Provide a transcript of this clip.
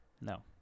No